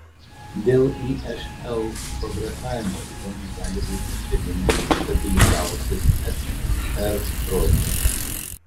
dėl išl progresavimo ligoniai gali būti stebimi stabilizavusis ssr rodmeniui